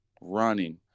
running